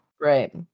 Right